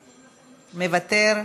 מוותר,